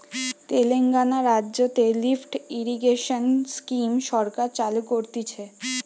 তেলেঙ্গানা রাজ্যতে lift irrigation scheme সরকার চালু করতিছে